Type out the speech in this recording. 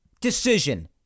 decision